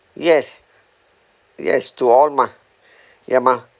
yes yes to all my ya my